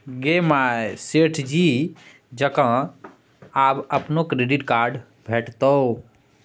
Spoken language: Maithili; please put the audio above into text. गे माय सेठ जी जकां आब अपनो डेबिट कार्ड भेटितौ